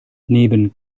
neben